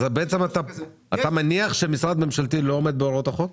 אז אתה מניח שמשרד ממשלתי לא עומד בהוראות החוק?